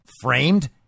framed